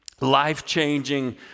life-changing